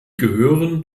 gehören